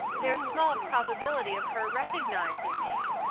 there's small probability of her recognizing me.